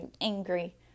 angry